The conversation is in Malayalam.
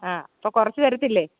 ആ അപ്പം കുറച്ച് തരത്തില്ലെ